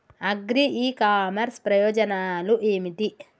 Agri e commerce ప్రయోజనాలు ఏమిటి?